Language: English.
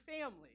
family